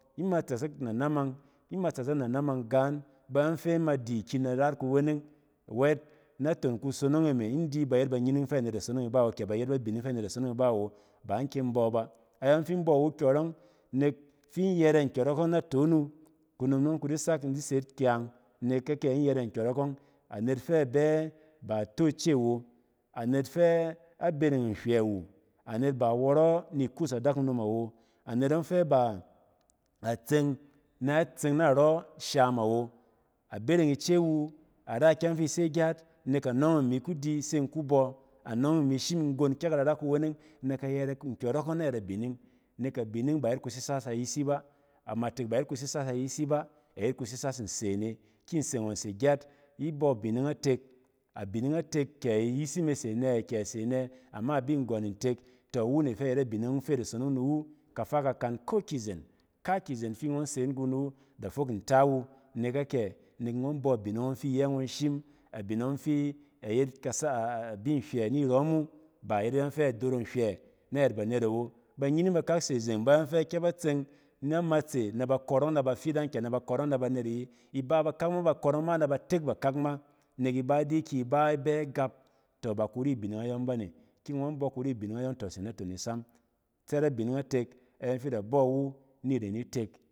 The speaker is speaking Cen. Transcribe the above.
Ima tsɛsɛk na namang, ima tsɛsɛk na namang gaan bayↄng fɛ ima di ki in da rayit kuweneng. Wɛt naton kusonong e me in di ba yet banyining fɛ anet da sonong ni iba awo, kɛ bayet a bining fɛ anet da sonong ni ba wo ba in kyem in bↄ ba. Ayↄng fi in bↄ iwu kyↄrↄng, nek fin yɛrɛ nkyↄr ↄng kudi sak in di set kyang. Nek akɛ? In yɛrɛ nkyↄrↄk ↄng, anet fɛ a bɛ, ba ato ice awo, anet fɛ abereng nhywɛ wu, anet ba awↄrↄ ni ikus adakunom awo. Anet ↄng fɛ ba a tseng nɛ tseng narↄ sham awo a bereng ice wu, ara ikyɛng fi ise gyat. Nek anↄng ↄng imi kudi se in kubↄ. anↄng imi shim nggon kɛ kada ra kuweneng nɛ ka yɛrɛ nkyↄrↄkↄng na yɛt abining nek abining ba ayet kusisas ayisi ba, amatek ba ayet kusisas ayisi ba, ayet kusisas nse ne. ki nse ngↄn se gyat ibↄ abining a tek, abining a tek ka ayisi me se nɛ kɛ ase anɛ ama abi nggↄn ntek, tↄ iwu ne fɛ ayet abining fi da sonong ni iwu kafa kakan ko kizen. Kkakyi zen fi ngↄn sen gung ni wu, da fok nta wu nek akɛ? Nek ngↄn bo bining ↄng fi iyɛ ngɛn shim. Abining ↄng fi, ayet kasa-a-abi nhywɛ nirↄm wu, ba ayet ayↄng fɛ a doro nhywɛ nayɛt banet awo. Banyining bakak se zeng bayↄng fɛ kɛ ba tseng na matse nɛ ba kↄrↄng na banet nabafidang kɛ b aba kↄrↄk na banet ayi. Iba ba kak ma ba kↄrↄng na batek bakak ma nek iba di ki iba bɛ agap tↄ ba kuri a bining ayↄng ba ne. ki ngↄn bↄ kuri a bining ayↄng, tↄ ise naton isam. Tsɛt a bining atek, ayↄng fi ida bↄ iwu niren itek.